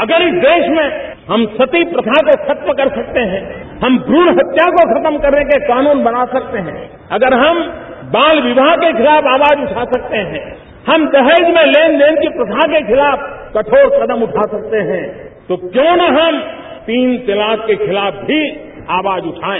अगर देश में हम सतीप्रथा को खत्म कर सकते हैं हम भ्रूण हत्या को खत्म करने के कानून बना सकते हैं अगर हम बाल विवाह के खिलाफ आवाज उठा सकते हैं हम दहेज में लेन देन की प्रथा के खिलाफ कठोर कदम उठा सकते हैं तो क्यों न हम तीन तलाक के खिलाफ भी आवाज उठाएं